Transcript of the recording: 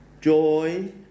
joy